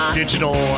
digital